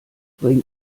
bring